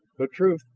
the truth,